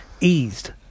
eased